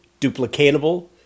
duplicatable